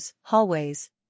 hallways